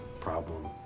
problem